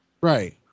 Right